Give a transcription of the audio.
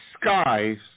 skies